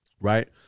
right